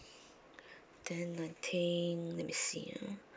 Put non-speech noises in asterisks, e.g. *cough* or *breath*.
*breath* then the thing let me see ah